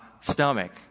stomach